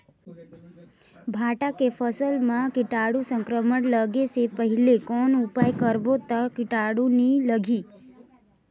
भांटा के फसल मां कीटाणु संक्रमण लगे से पहले कौन उपाय करबो ता कीटाणु नी लगही?